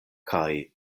kaj